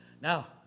Now